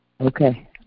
Okay